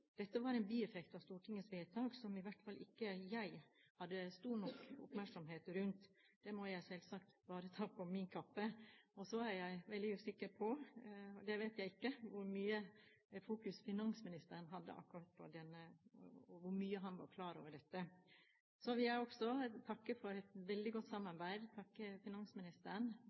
dette. Dette var en bieffekt av Stortingets vedtak som i hvert fall ikke jeg hadde stor nok oppmerksomhet rundt. Det må jeg selvsagt bare ta på min kappe. Så er jeg veldig usikker på, og vet ikke, hvor mye fokus finansministeren hadde akkurat på det, og i hvilken grad han var klar over dette. Så vil også jeg takke for et veldig godt samarbeid og takke finansministeren